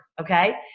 Okay